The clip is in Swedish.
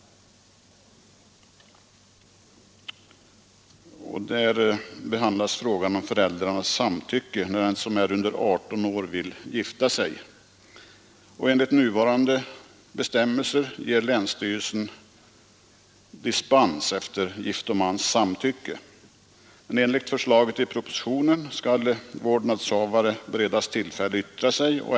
Där behandlas frågan om föräldrarnas samtycke när den som är under 18 år vill gifta sig. Enligt nuvarande bestämmelser ger länsstyrelsen dispens efter giftomans samtycke, men enligt förslaget i propositionen skall vårdnadshavare beredas tillfälle yttra sig.